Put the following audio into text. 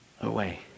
away